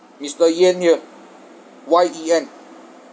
mister yen here Y E N